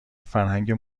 فرهنگ